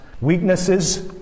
weaknesses